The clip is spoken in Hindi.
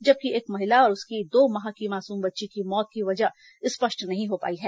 जबकि एक महिला और उसकी दो माह की मासूम बच्ची की मौत की वजह स्पष्ट नहीं हो पाई है